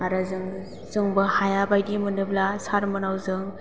आरो जोंबो हाया बायदि मोनोब्ला सारमोननाव जों